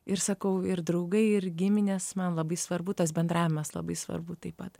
ir sakau ir draugai ir giminės man labai svarbu tas bendravimas labai svarbu taip pat